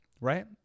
right